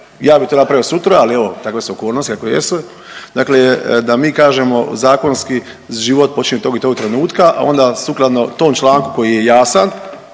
ja bi to napravio sutra, ali evo, takve su okolnosti kakve jesu, dakle da mi kažemo zakonski život počinje tog i tog trenutka, a onda sukladno tom članku koji je jasan,